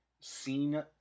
seen